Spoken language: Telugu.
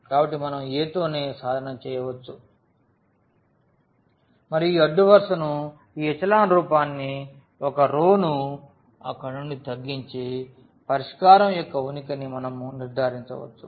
కాబట్టి మనం A తోనే సాధన చేయవచ్చు మరియు ఈ అడ్డు వరుసను ఈ ఎచెలాన్ రూపాన్ని ఒక రో ను అక్కడ నుండి తగ్గించి పరిష్కారం యొక్క ఉనికిని మనం నిర్ధారించవచ్చు